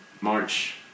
March